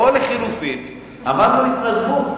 או לחלופין אמרנו, התנדבות,